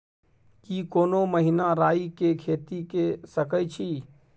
की कोनो महिना राई के खेती के सकैछी?